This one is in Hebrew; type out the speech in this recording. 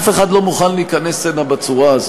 אף אחד לא מוכן להיכנס הנה בצורה הזאת.